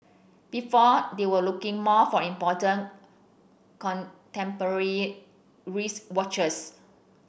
before they were looking more for important contemporary wristwatches